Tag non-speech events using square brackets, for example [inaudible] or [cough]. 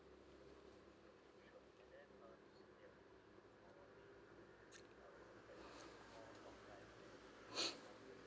[noise]